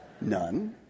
None